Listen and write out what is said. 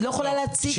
היא לא יכולה להציג אותו.